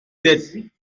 sept